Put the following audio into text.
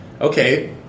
okay